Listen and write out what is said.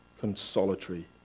consolatory